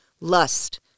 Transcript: lust